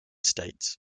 states